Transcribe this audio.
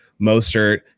Mostert